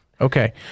Okay